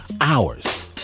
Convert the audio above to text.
hours